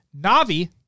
Navi